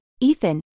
Ethan